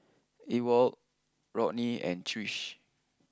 Ewald Rodney and Trish